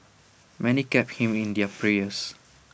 many kept him in their prayers